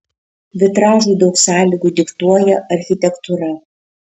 vitražui daug sąlygų diktuoja architektūra